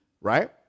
right